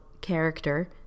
character